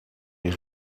est